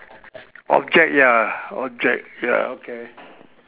object ya object ya okay